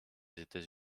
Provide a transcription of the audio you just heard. états